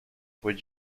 would